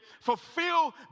fulfill